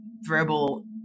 verbal